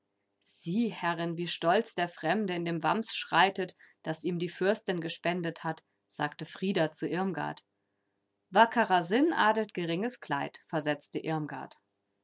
sieh herrin wie stolz der fremde in dem wams schreitet das ihm die fürstin gespendet hat sagte frida zu irmgard wackerer sinn adelt geringes kleid versetzte irmgard